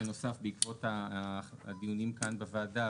שנוסף בעקבות הדיונים כאן בוועדה